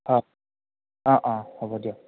অঁ অঁ অঁ হ'ব দিয়ক